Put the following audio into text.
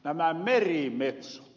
nämä merimetsot